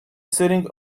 sitting